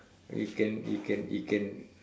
it can it can it can